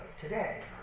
today